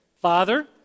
Father